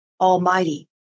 Almighty